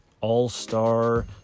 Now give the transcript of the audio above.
All-Star